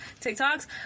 tiktoks